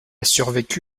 survécu